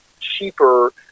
cheaper